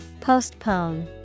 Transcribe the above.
postpone